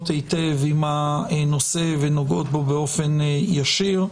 היטב עם הנושא ונוגעות בו באופן ישיר.